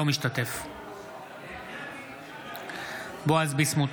אינו משתתף בהצבעה בועז ביסמוט,